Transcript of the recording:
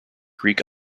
greek